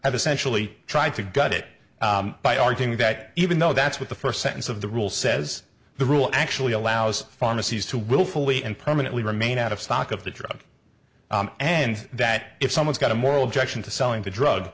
have essentially tried to gut it by arguing that even though that's what the first sentence of the rule says the rule actually allows pharmacies to willfully and permanently remain out of stock of the drug and that if someone's got a moral objection to selling the drug